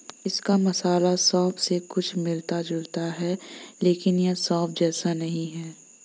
इसका मसाला सौंफ से कुछ मिलता जुलता है लेकिन यह सौंफ जैसा नहीं है